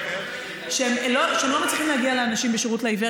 הם לא מצליחים להגיע לאנשים בשירות לעיוור